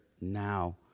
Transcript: now